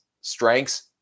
strengths